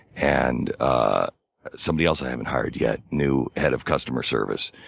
and ah somebody else i haven't hired yet new head of customer service.